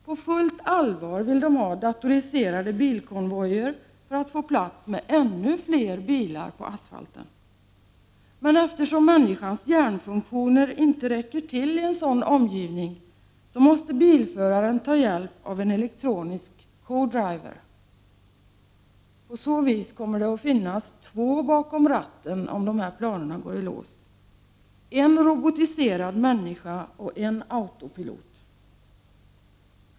På fullt allvar vill de ha datoriserade bilkonvojer för att få plats med ännu fler bilar på asfalten, men eftersom människans hjärnfunktioner inte räcker till i en sådan omgivning måste bilföraren ta hjälp av en elektronisk co-driver. Om planerna går i lås kommer det att finnas två bakom ratten, en robotiserad människa och en autopilot.